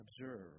Observe